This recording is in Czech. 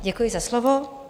Děkuji za slovo.